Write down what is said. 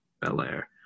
bel-air